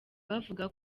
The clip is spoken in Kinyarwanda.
bavuga